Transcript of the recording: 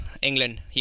England